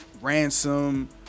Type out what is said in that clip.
Ransom